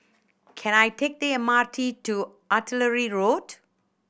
can I take the M R T to Artillery Road